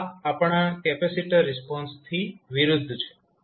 તો આ આપણા કેપેસિટર રિસ્પોન્સથી વિરુદ્ધ છે